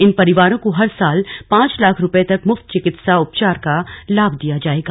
इन परिवारों को हर साल पांच लाख रुपये तक मुफ्त चिकित्सा उपचार का लाभ दिया जाएगा